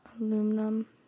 aluminum